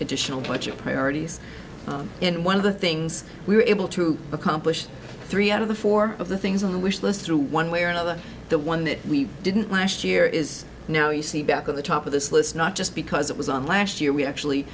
additional but your priorities and one of the things we were able to accomplish three out of the four of the things on the wish list through one way or another the one that we didn't last year is now you see back at the top of this list not just because it was on last year we actually